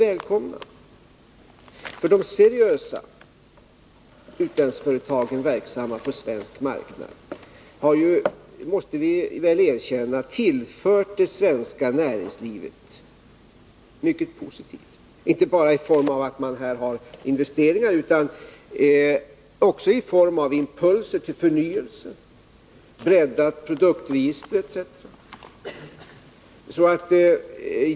Vi måste erkänna att de seriösa utlandsföretag som är verksamma på den svenska marknaden har tillfört svenskt näringsliv mycket positivt, inte bara i form av investeringar utan också i form av impulser till förnyelse, breddat produktregister etc.